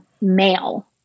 male